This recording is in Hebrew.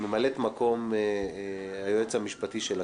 ממלאת מקום היועץ המשפטי של הכנסת,